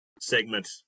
segment